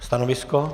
Stanovisko?